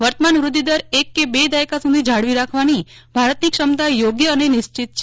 વર્તમાન વૃધ્ધિદર એક કે બે દાયકા સુધી જાળવી રાખવાની ભારતની ક્ષમતા યોગ્ય અને નિશ્ચિત છે